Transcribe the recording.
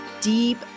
deep